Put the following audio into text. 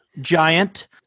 giant